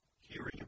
hearing